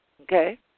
Okay